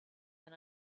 been